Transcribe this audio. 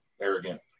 arrogant